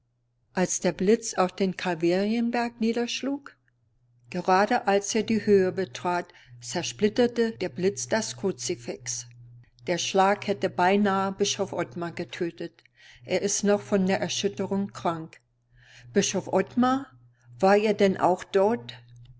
als der blitz auf den kalvarienberg niederschlug gerade als er die höhe betrat zersplitterte der blitz das kruzifix der schlag hätte beinahe bischof ottmar getötet er ist noch von der erschütterung krank bischof ottmar war er denn auch dort